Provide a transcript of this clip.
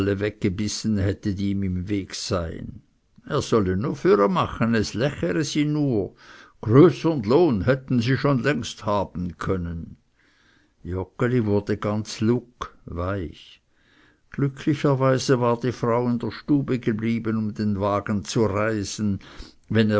weggebissen hätte die ihm im wege seien er solle nur füremachen es lächere sie nur größeren lohn hätten sie schon längst haben können joggeli wurde ganz lugg glücklicherweise war die frau in der stube geblieben um den wagen zu reisen wenn